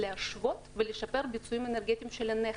להשוות ולשפר ביצועים אנרגטיים של הנכס.